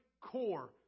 core